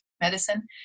medicine